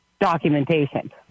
documentation